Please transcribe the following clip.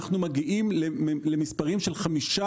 אנחנו מגיעים למספרים של 15%,